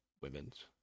women's